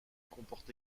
comporte